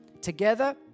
together